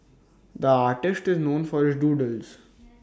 the artist is known for his doodles